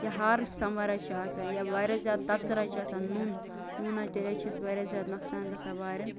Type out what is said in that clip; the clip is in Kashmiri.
یا ہارش سَمَر حظ چھُ آسان یا واریاہ زیاد تَژَر حظ چھ آسان نُن نُن تیٚلہِ حظ چھُ اَسہِ واریاہ زیاد نۄقصان گَژھان واریٚن